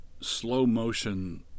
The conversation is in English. slow-motion